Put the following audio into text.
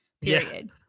Period